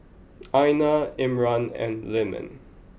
Aina Imran and Leman